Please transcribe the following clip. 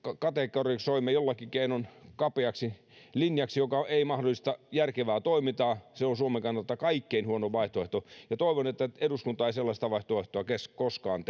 kategorisoimme jollakin keinoin kapeaksi linjaksi joka ei mahdollista järkevää toimintaa se on suomen kannalta kaikkein huonoin vaihtoehto ja toivon että eduskunta ei sellaista vaihtoehtoa koskaan